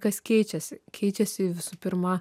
kas keičiasi keičiasi visų pirma